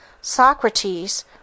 Socrates